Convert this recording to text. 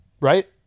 right